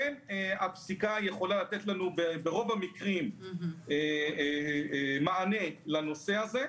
הפסיקה יכולה לתת לנו ברוב המקרים מענה לנושא הזה.